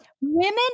women